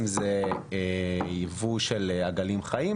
תבדקו בבקשה את עצמכם.